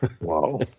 Wow